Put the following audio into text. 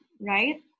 right